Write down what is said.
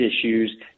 issues